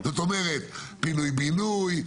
זאת אומרת פינוי בינוי,